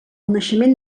naixement